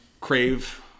crave